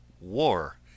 war